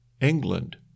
England